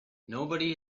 nobody